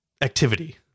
activity